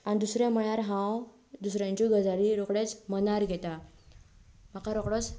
आनी दुसरें म्हणल्यार हांव दुसऱ्यांच्यो गजाली रोखडेंच मनार घेतां म्हाका रोखडोच